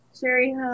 Sherry